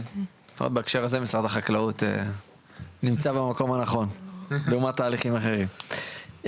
בהקשר הזה משרד החקלאות נמצא במקום הנכון לעומת תהליכים אחרים,